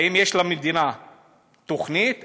האם יש למדינה תוכנית?